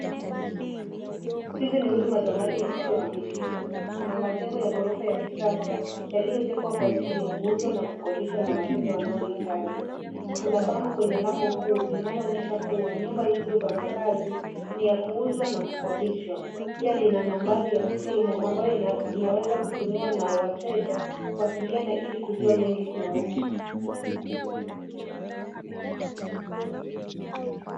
Hizi ni huduma za mali yasiyohamishika. Kuna majengo ya ghorofa ya kisasa yaliyojengwa kwa ajili ya kuuzwa na kukodishwa kwa wateja wanaohitaji. Kuna bango kwenye lango kuu linaloonyesha kuwa nyumba hizo za makaazi ni ya kuuzwa na kukodishwa. Pia lina nambari ya simu ambayo inaweza kutumiwa na wateja kuwasiliana ili kujua mengi kuyahusu.